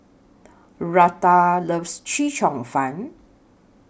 Rutha loves Chee Cheong Fun